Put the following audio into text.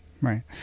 Right